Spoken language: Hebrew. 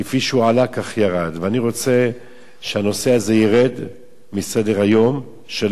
ואני רוצה שהנושא הזה ירד מסדר-היום שלנו ולא יעלה שוב,